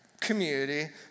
community